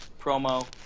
promo